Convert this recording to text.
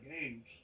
games